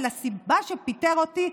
על הסיבה שפיטר אותי,